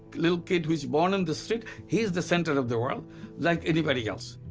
little kid who is born in the street he is the center of the world like anybody else.